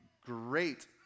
great